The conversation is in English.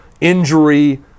injury